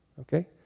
Okay